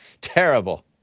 Terrible